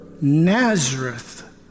Nazareth